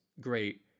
great